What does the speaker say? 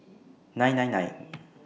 nine nine nine